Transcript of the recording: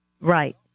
Right